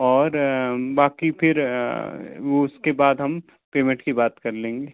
और बाक़ी फिर उसके बाद हम पेमेंट की बात कर लेंगे